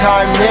Time